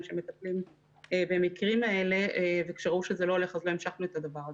שמטפלים במקרים האלה וכשראו שזה לא הולך אז לא המשכנו את הדבר הזה.